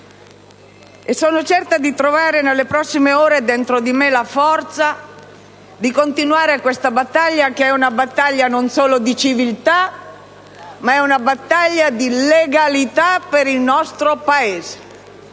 Sono certa di trovare nelle prossime ore dentro di me la forza di continuare questa battaglia, che è una battaglia non solo di civiltà, ma è una battaglia di legalità per il nostro Paese.